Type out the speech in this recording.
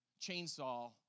chainsaw